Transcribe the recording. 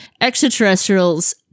extraterrestrials